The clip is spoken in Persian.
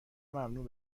ممنوع